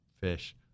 fish